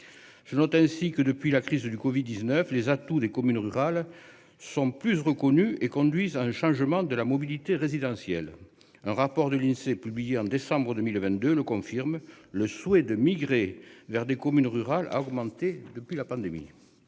Je note ainsi que depuis la crise du Covid-19, les atouts des communes rurales sont plus reconnus et conduise à un changement de la mobilité résidentielle, un rapport de l'Insee publiée en décembre 2022 le confirme le souhait de migrer vers des communes rurales à augmenter depuis la pandémie.